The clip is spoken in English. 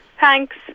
Thanks